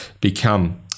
become